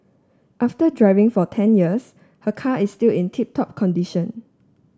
after driving for ten years her car is still in tip top condition